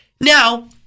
Now